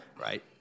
Right